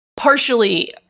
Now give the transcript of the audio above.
partially